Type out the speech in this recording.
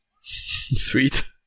Sweet